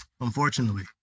unfortunately